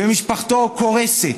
ומשפחתו קורסת.